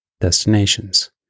destinations